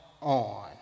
on